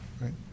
right